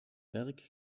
berg